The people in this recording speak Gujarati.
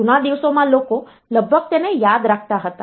તેથી જૂના દિવસોમાં લોકો લગભગ તેને યાદ રાખતા હતા